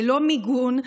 ללא מיגון,